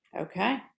Okay